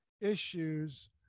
issues